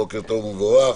בוקר טוב ומבורך.